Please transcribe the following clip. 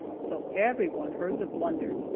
so everyone heard the blunder.